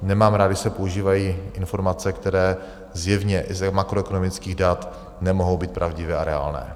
Nemám rád, když se používají informace, které zjevně i z makroekonomických dat nemohou být pravdivé a reálné.